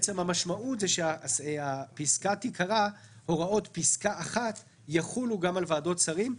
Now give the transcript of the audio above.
המשמעות היא שהפסקה תיקרא: "הוראות פסקה (1) יחולו גם על ועדות שרים,